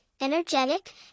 energetic